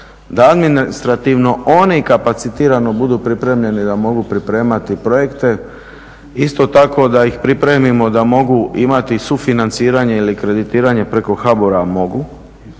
da administrativno oni kapacitirano budu pripremljeni da mogu pripremati projekte, isto tako da ih pripremimo da mogu imati sufinanciranje ili kreditiranje preko HABOR-a, mogu.